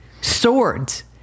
swords